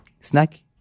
snack